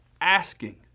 asking